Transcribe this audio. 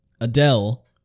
Adele